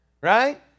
right